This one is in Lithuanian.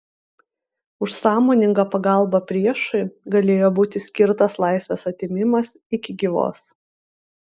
už sąmoningą pagalbą priešui galėjo būti skirtas laisvės atėmimas iki gyvos